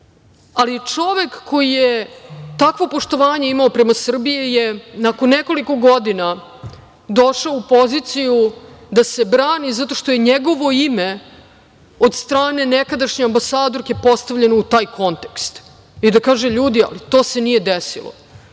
Ali, čovek koji je takvo poštovanje imao prema Srbiji je nakon nekoliko godina došao u poziciju da se brani zato što je njegovo ime od strane nekadašnje ambasadorke postavljeno u taj kontekst i da kaže – ljudi, to se nije desilo.